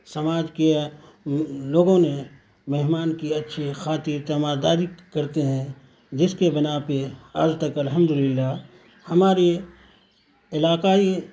سماج کے لوگوں نے مہمان کی اچھی خاطر تیمارداری کرتے ہیں جس کے بنا پہ آج تک الحمد للہ ہمارے علاقائی